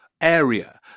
area